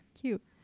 Cute